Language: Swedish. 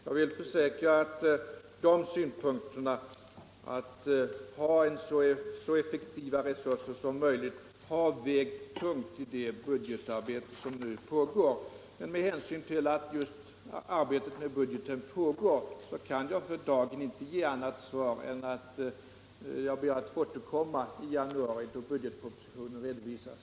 Jag vill försäkra att synpunkten att vi skall ha så effektiva resurser som möjligt har vägt tungt i det budgetarbete som nu pågår, men med hänsyn till att arbetet med budgeten just nu är i gång kan jag för dagen inte ge något annat svar än att be att få återkomma i januari, då budgetpropositionen redovisas.